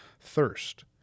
thirst